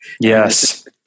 Yes